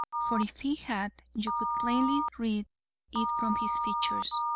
for if he had, you could plainly read it from his features,